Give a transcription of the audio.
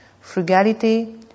Frugality